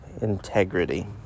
integrity